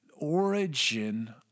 origin